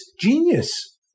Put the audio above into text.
genius